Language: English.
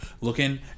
looking